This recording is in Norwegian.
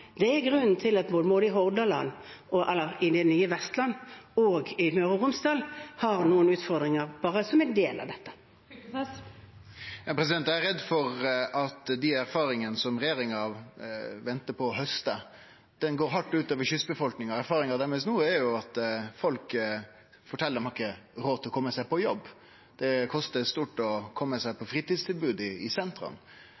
Det er grunnen til at man i nye Vestland og Møre og Romsdal har noen utfordringer bare som en del av dette. Torgeir Knag Fylkesnes – til oppfølgingsspørsmål. Eg er redd for at dei erfaringane som regjeringa ventar på å hauste, går hardt ut over kystbefolkninga. No fortel folk at dei ikkje har råd til å kome seg på jobb. Det kostar mykje å kome seg